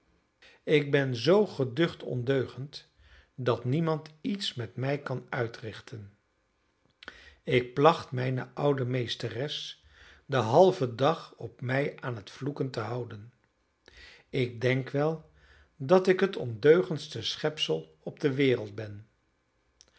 ik ben zoo geducht ondeugend dat niemand iets met mij kan uitrichten ik placht mijne oude meesteres den halven dag op mij aan het vloeken te houden ik denk wel dat ik het ondeugendste schepsel op de wereld ben